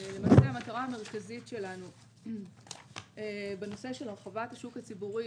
המטרה המרכזית שלנו בנושא של הרחבת השוק הציבורי